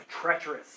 treacherous